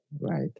right